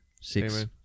six